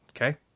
Okay